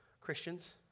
Christians